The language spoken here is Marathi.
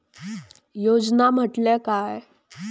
योजना म्हटल्या काय?